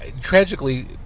Tragically